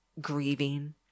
grieving